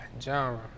genre